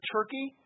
Turkey